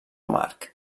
amarg